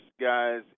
guys